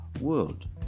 world